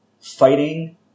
fighting